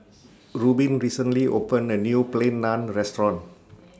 Reubin recently opened A New Plain Naan Restaurant